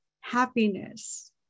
happiness